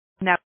now